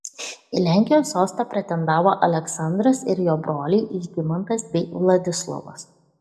į lenkijos sostą pretendavo aleksandras ir jo broliai žygimantas bei vladislovas